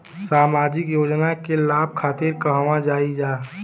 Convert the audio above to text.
सामाजिक योजना के लाभ खातिर कहवा जाई जा?